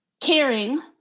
caring